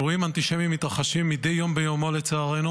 לצערנו